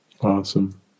Awesome